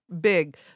big